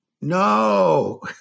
no